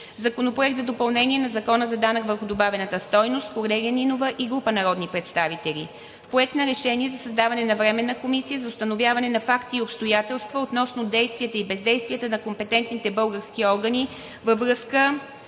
Законопроект за допълнение на Закона за данък върху добавената стойност. Вносители – Корнелия Нинова и група народни представители. Проект на решение за създаване на Временна комисия за установяване на факти и обстоятелства относно действията и бездействията на компетентните български органи във връзка